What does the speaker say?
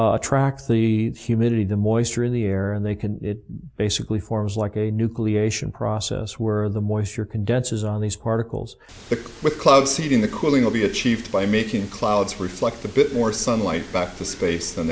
size tracks the humidity the moisture in the air and they can basically forms like a nucleation process where the moisture condenses on these particles with club sitting the cooling will be achieved by making clouds reflect a bit more sunlight back to space than